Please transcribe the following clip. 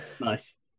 Nice